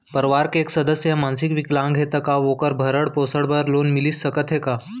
परवार के एक सदस्य हा मानसिक विकलांग हे त का वोकर भरण पोषण बर लोन मिलिस सकथे का?